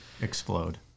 explode